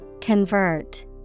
Convert